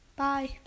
Bye